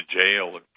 jail